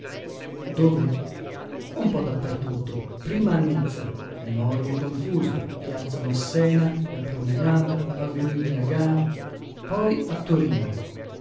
dove un po da per tutto prima a nizza memorie confuse piazza massena la promenade avenue de la gare poi a torino